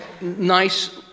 nice